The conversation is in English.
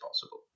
possible